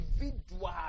individual